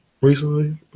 recently